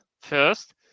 First